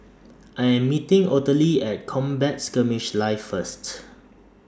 I Am meeting Ottilie At Combat Skirmish Live First